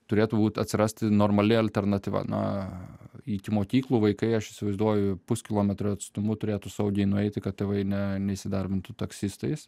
turėtų būti atsirasti normali alternatyva na iki mokyklų vaikai aš įsivaizduoju puskilometrio atstumu turėtų saugiai nueiti kad tėvai ne neįsidarbintų taksistais